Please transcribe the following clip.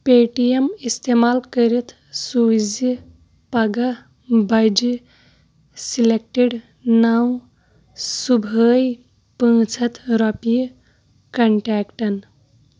پے T M استعمال کٔرِتھ سوٗزِ پگاہ بجہِ سلیکٹِڈ نَو صُبحٲے پانٛژھ ہَتھ رۄپیہِ کنٹیکٹَن